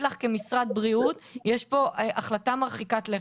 לך שכמשרד בריאות יש פה החלטה מרחיקת לכת.